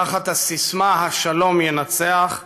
תחת הסיסמה "השלום ינצח",